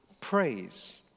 praise